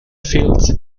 fields